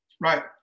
Right